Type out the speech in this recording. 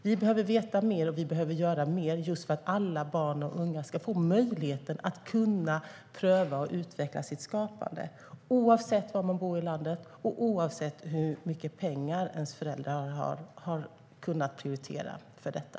Vi behöver veta mer och göra mer just för att alla barn och unga ska få möjligheten att pröva och utveckla sitt skapande, oavsett var de bor i landet och oavsett hur mycket pengar deras föräldrar har kunnat prioritera för detta.